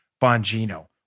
Bongino